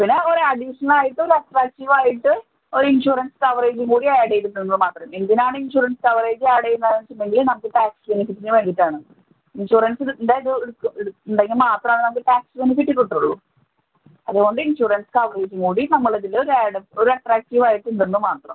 പിന്നെ ഒരു അഡീഷണലായിട്ട് ഒരു അട്ട്രാക്റ്റീവായിട്ട് ഒരു ഇൻഷുറൻസ് കവറേജും കൂടി ആഡ് ചെയ്തിട്ടുണ്ടെന്ന് മാത്രം എന്തിനാണ് ഇൻഷുറൻസ് കവറേജ് ആഡ് ചെയ്യുന്നതെന്ന് വച്ചിട്ടുണ്ടെങ്കിൽ നമുക്ക് ടാക്സ് ബെനിഫിറ്റിന് വേണ്ടിയിട്ടാണ് ഇൻഷുറൻസ് കിട്ടേണ്ട ഇത് എടുക്കും ഉണ്ടെങ്കിൽ മാത്രം ആണ് നമുക്ക് ടാക്സ് ബെനിഫിറ്റ് കിട്ടുള്ളൂ അതുകൊണ്ട് ഇൻഷുറൻസ് കവറേജും കൂടി നമ്മളിതിൽ ഒരു ആഡും ഒരു അട്ട്രാക്റ്റീവ് ആയിട്ടുണ്ടെന്ന് മാത്രം